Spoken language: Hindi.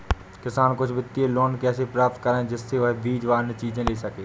किसान कुछ वित्तीय लोन कैसे प्राप्त करें जिससे वह बीज व अन्य चीज ले सके?